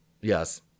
yes